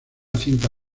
cinta